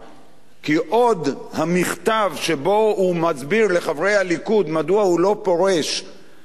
כי המכתב שבו הוא מסביר לחברי הליכוד מדוע הוא לא פורש ואומר,